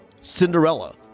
Cinderella